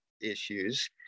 issues